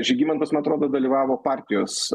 žygimantas man atrodo dalyvavo partijos